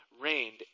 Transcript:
reigned